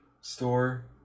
store